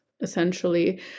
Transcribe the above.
essentially